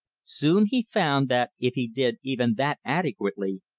soon he found that if he did even that adequately,